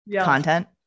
content